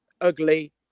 ugly